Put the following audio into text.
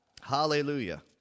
Hallelujah